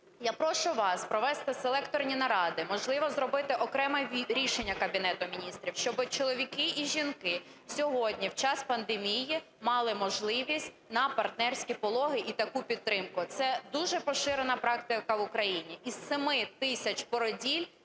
Я прошу вас провести селекторні наради, можливо, зробити окреме рішення Кабінету Міністрів, щоби чоловіки і жінки сьогодні в час пандемії мали можливість на партнерські пологи і таку підтримку. Це дуже поширена практика в Україні. Із 7 тисяч породіль